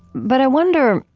but i wonder,